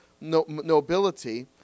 nobility